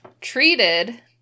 treated